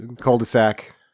cul-de-sac